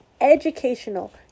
educational